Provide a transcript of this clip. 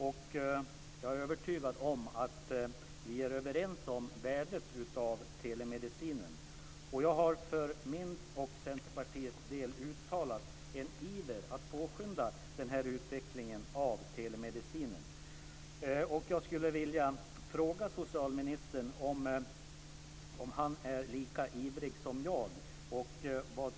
Jag är övertygad om att vi är överens om telemedicinens värde. Jag för min och Centerpartiets del uttalat en iver att påskynda telemedicinens utveckling. Jag skulle vilja fråga socialministern om han är lika ivrig som jag i detta avseende.